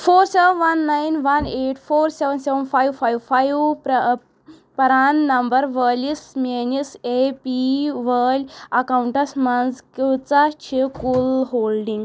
four seven one nine one eight four seven seven five five five پران number وٲلِس میٲنِس A P وٲلۍ accounts منٛز کۭژاہ چھِ کُل ہولڈنگ